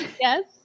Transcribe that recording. Yes